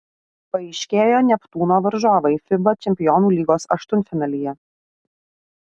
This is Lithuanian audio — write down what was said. paaiškėjo neptūno varžovai fiba čempionų lygos aštuntfinalyje